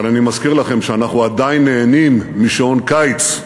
אבל אני מזכיר לכם שאנחנו עדיין נהנים משעון קיץ.